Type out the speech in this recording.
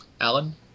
Alan